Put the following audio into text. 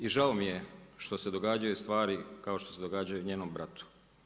I žao mi je što se događaju stvari kao što se događaju njenom bratu.